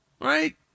right